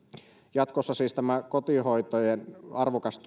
jatkossa siis tätä kotihoitajien arvokasta